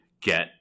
get